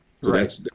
Right